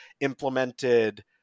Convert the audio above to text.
implemented